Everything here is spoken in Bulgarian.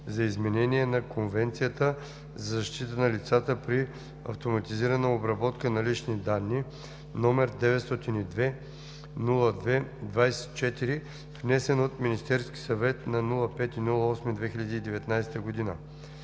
за изменение на Конвенцията за защита на лицата при автоматизирана обработка на лични данни, № 902-02-24, внесен от Министерски съвет на 5 август 2019 г.